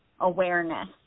awareness